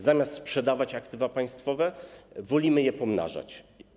Zamiast sprzedawać aktywa państwowe, wolimy je pomnażać.